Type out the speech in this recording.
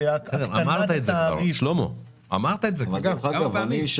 אמרת את זה כבר, שלמה, כמה פעמים.